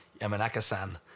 Yamanaka-san